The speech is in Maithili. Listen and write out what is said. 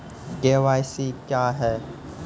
के.वाई.सी क्या हैं?